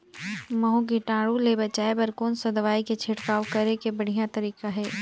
महू कीटाणु ले बचाय बर कोन सा दवाई के छिड़काव करे के बढ़िया तरीका हे?